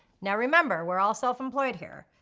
now remember, we're all self-employed here.